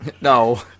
No